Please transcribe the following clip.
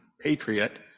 patriot